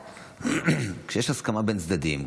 כשיש הסכמה בין הצדדים,